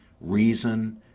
reason